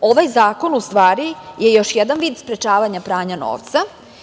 Ovaj zakon u stvari je još jedan vid sprečavanja pranja novca